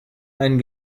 ein